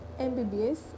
MBBS